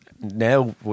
now